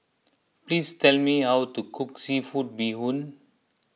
please tell me how to cook Seafood Bee Hoon